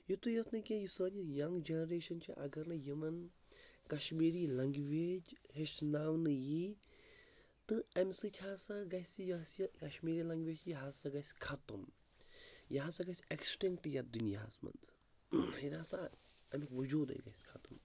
یُتٕے یوت نہٕ کیٚنٛہہ یُس سٲنۍ یہِ یَنٛگ جَنٛریٚشَن چھِ اگر نہٕ یِمَن کَشمیری لنٛگویج ہیٚچھناونہٕ یی تہٕ اَمہِ سۭتۍ ہَسا گژھِ یۄس یہِ کَشمیری لنٛگویج یہِ ہَسا گژھِ ختٕم یہِ ہَسا گژھِ اٮ۪کٕسٹِنٛکٹ یَتھ دُنیاہَس منٛز ییٚلہِ ہَسا اَمیُک موجوٗدٕے گَژھِ ختٕم